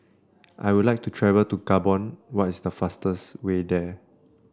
I would like to travel to Gabon what is the fastest way there